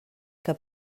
que